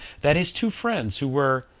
that his two friends, who were,